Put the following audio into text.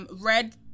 red